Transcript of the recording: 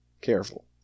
Careful